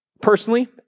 Personally